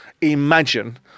imagine